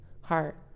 heart